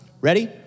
Ready